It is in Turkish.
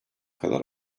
kadar